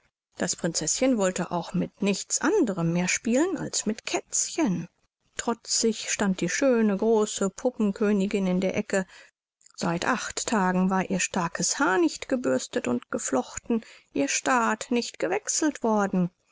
das prinzeßchen wollte auch mit nichts anderem mehr spielen als mit kätzchen trotzig stand die schöne große puppen königin in der ecke seit acht tagen war ihr starkes haar nicht gebürstet und geflochten ihr staat nicht gewechselt worden